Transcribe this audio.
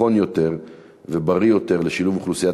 נכון יותר ובריא יותר לשילוב אוכלוסיית